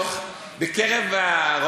לא היה כלום ואין כלום.